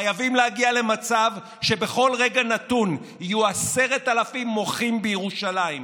חייבים להגיע למצב שבכל רגע נתון יהיו עשרת אלפים מוחים בירושלים.